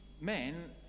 men